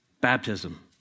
Baptism